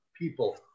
people